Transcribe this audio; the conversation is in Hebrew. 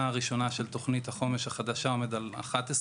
הראשונה של תוכנית החומש החדשה עומד על 11%,